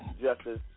justice